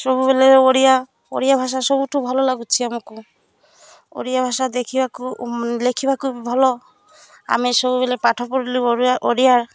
ସବୁବେଲେ ଓଡ଼ିଆ ଓଡ଼ିଆ ଭାଷା ସବୁଠୁ ଭଲ ଲାଗୁଛିି ଆମକୁ ଓଡ଼ିଆ ଭାଷା ଦେଖିବାକୁ ଲେଖିବାକୁ ବି ଭଲ ଆମେ ସବୁବେଲେ ପାଠ ପଢ଼ିଲୁ ଓଡ଼ିଆ